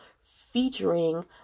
featuring